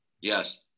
Yes